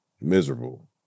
miserable